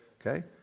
okay